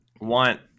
want –